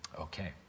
Okay